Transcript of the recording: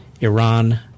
Iran